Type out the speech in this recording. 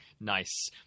nice